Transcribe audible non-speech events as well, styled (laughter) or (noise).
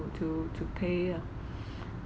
to to pay ah (breath)